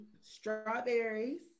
strawberries